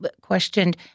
questioned